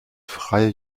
freie